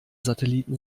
satelliten